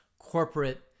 corporate